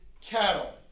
cattle